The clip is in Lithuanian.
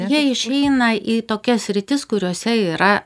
jie išeina į tokias sritis kuriose yra